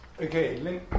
Okay